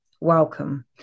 Welcome